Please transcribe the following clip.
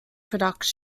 production